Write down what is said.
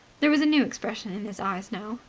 there was a new expression in his eyes now,